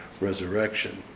resurrection